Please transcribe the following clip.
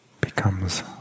becomes